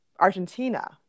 Argentina